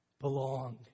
belong